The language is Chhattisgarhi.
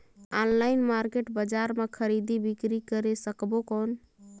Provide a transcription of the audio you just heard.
ऑनलाइन मार्केट बजार मां खरीदी बीकरी करे सकबो कौन?